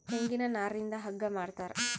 ತೆಂಗಿನ ನಾರಿಂದ ಹಗ್ಗ ಮಾಡ್ತಾರ